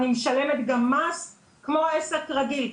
אני משלמת גם מס כמו עסק רגיל,